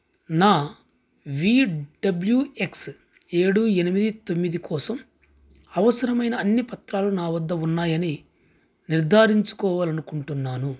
నా V W X ఏడు ఎనిమిది తొమ్మిది కోసం అవసరమైన అన్ని పత్రాలు నా వద్ద ఉన్నాయని నిర్ధారించుకోవాలి అనుకుంటున్నాను